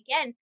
again